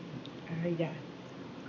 ah ya